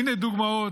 הינה דוגמאות: